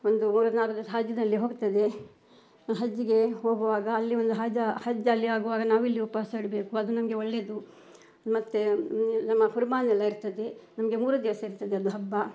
ಒಂದು ಮೂರ್ನಾಲ್ಕು ದಿವಸ ಹಜ್ನಲ್ಲಿ ಹೋಗ್ತದೆ ಹಜ್ಗೆ ಹೋಗುವಾಗ ಅಲ್ಲಿ ಒಂದು ಹಜ್ ಹಜ್ಜಲ್ಲಿ ಆಗುವಾಗ ನಾವಿಲ್ಲಿ ಉಪವಾಸ ಇಡ್ಬೇಕು ಅದು ನಮಗೆ ಒಳ್ಳೇದು ಮತ್ತೆ ನಮ್ಮ ಹುರ್ಮಾನೆಲ್ಲಾ ಇರ್ತದೆ ನಮಗೆ ಮೂರು ದಿವಸ ಇರ್ತದೆ ಅದು ಹಬ್ಬ